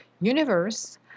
universe